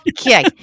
okay